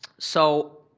so,